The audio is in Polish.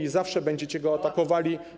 i zawsze będziecie go atakowali.